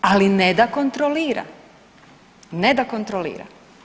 Ali ne da kontrolira, ne da kontrolira.